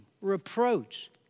reproach